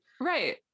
right